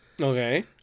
Okay